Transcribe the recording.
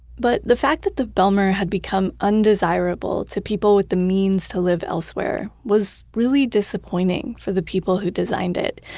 but the fact that the bijlmer had become undesirable to people with the means to live elsewhere was really disappointing for the people who designed it,